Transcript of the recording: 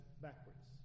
backwards